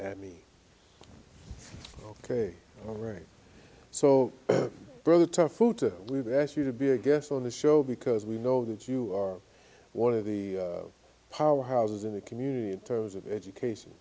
and me ok all right so brother to food to we've asked you to be a guest on the show because we know that you are one of the powerhouses in the community in terms of education